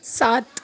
سات